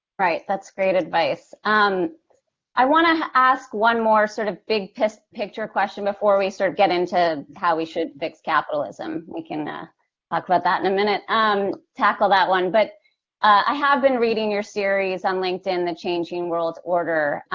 right, that's great advice. um i want to ask one more, sort of, big-picture question before we start getting into how we should fix capitalism. we can and talk about that in a minute, um tackle that one. but i have been reading your series on linkedin, the changing world order.